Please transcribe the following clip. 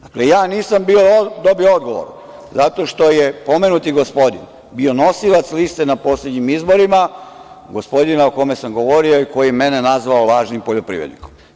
Dakle, ja nisam dobio odgovor zato što je pomenuti gospodin bio nosilac liste na poslednjim izborima, gospodin o kojem sam govorio i koji je mene nazvao lažnim poljoprivrednikom.